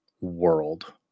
world